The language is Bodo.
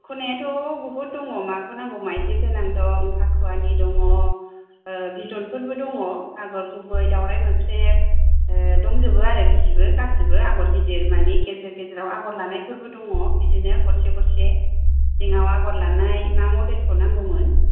दख'नायाथ' बहुथ दङ माखौ नांगौ मायदि गोनां दं फाखुवानि दङ बिदनफोरबो दङ आगर गुबै दावराइ मोख्रेब दंजोबो आरो बिसिबो गासिबो आगर गिदिर मानि गेजेर गेजेराव आगर लानाय फोरबो दङ बिदिनो गरसे गरसे जिङाव आगर लानाय मा मडेलखौ नांगौमोन